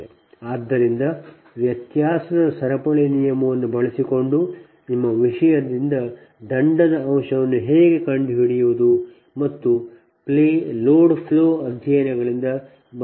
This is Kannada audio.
ಆದ್ದರಿಂದ ವ್ಯತ್ಯಾಸದ ಸರಪಳಿ ನಿಯಮವನ್ನು ಬಳಸಿಕೊಂಡು ನಿಮ್ಮ ವಿಷಯದಿಂದ ದಂಡದ ಅಂಶವನ್ನು ಹೇಗೆ ಕಂಡುಹಿಡಿಯುವುದು ಮತ್ತು ನೀವು ಲೋಡ್ ಫ್ಲೋ ಅಧ್ಯಯನಗಳಿಂದ ಬಂದವರು